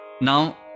Now